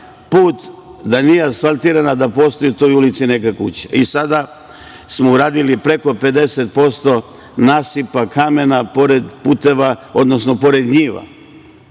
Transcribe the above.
puta da nije asfaltiran, a da postoji u toj ulici neka kuća. Sada smo uradili preko 50% nasipa kamena pored puteva, odnosno pored njiva